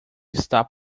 está